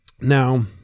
Now